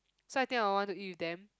so I think I want to eat with them